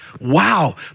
wow